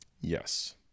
Yes